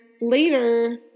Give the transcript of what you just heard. later